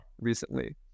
recently